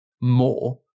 more